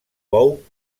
bou